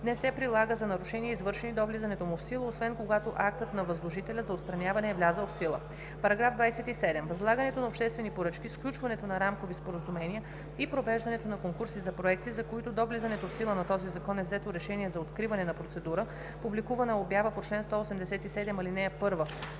не се прилага за нарушения, извършени до влизането му в сила, освен когато актът на възложителя за отстраняване е влязъл в сила. § 27. Възлагането на обществени поръчки, сключването на рамкови споразумения и провеждането на конкурси за проекти, за които до влизането в сила на този закон е взето решение за откриване на процедура, публикувана е обява по чл. 187, ал. 1